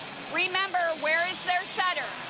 remember, where is their setter